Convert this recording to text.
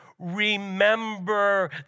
remember